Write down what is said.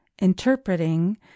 interpreting